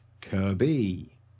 Kirby